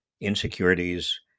insecurities